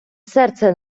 серце